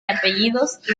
apellidos